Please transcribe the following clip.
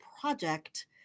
project